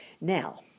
Now